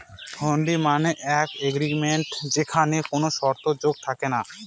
হুন্ডি মানে এক এগ্রিমেন্ট যেখানে কোনো শর্ত যোগ থাকে না